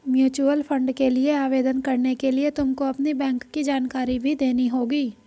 mutual fund के लिए आवेदन करने के लिए तुमको अपनी बैंक की जानकारी भी देनी होगी